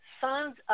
sons